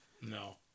No